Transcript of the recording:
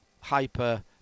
hyper